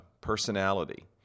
personality